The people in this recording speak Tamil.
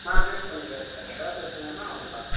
ஆ சேவ் பண்ணிக்கிறேன் சார் எதாவது பிரச்சனன்னா உங்களுக்கு கால் பண்ணுறேன்